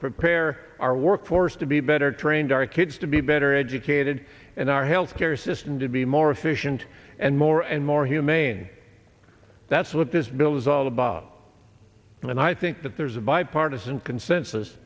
prepare our workforce to be better trained our kids to be better educated and our health care system to be more efficient and more and more humane that's what this bill is all bob and i think that there's a bipartisan consensus